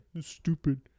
Stupid